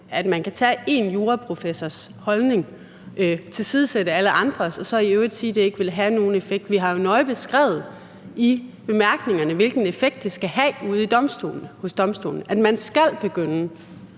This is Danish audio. at man kan tage én juraprofessors holdning, tilsidesætte alle andres og så i øvrigt sige, at det ikke vil have nogen effekt. Vi har jo nøje beskrevet i bemærkningerne, hvilken effekt det skal have ude hos domstolene, nemlig at man skal begynde